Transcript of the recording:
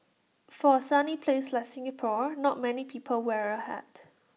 for A sunny place like Singapore not many people wear A hat